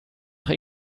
nach